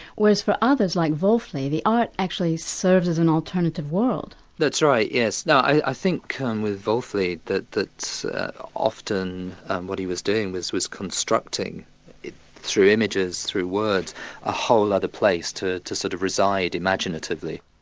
whereas for others like wolfli the art actually serves as an alternative world. that's right yes. now i think with wolfli that often what he was doing was was constructing through images, through words a whole other place to to sort of reside imaginatively.